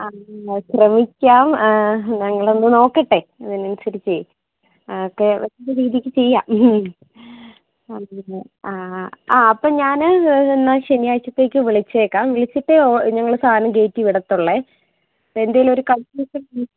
ആ ഞങ്ങൾ ശ്രമിക്കാം ഞങ്ങൾ ഒന്നു നോക്കട്ടെ അതിനനുസരിച്ച് കേരളത്തിൻ്റെ രീതിക്ക് ചെയ്യാം ആ അപ്പോൾ ഞാൻ എന്നാൽ ശനിയാഴ്ചത്തേക്ക് വിളിച്ചേക്കാം വിളിച്ചിട്ട് ഞങ്ങൾ സാധനം കയറ്റി വിടത്തൊള്ളേ എന്തെങ്കിലും ഒരു കൺഫ്യൂഷൻ